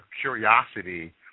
curiosity